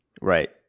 Right